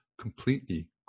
completely